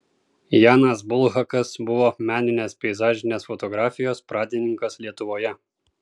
janas bulhakas buvo meninės peizažinės fotografijos pradininkas lietuvoje